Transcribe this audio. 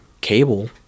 cable